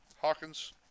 Hawkins